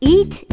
Eat